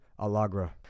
Alagra